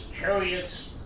chariots